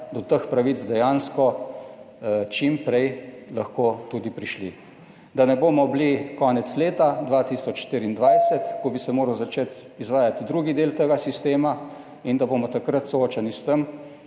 do teh pravic dejansko čim prej lahko tudi prišli. Da ne bomo bili konec leta 2024, ko bi se moral začeti izvajati drugi del tega sistema in da bomo takrat soočeni s tem,